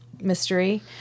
mystery